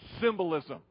symbolism